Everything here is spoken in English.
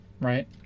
right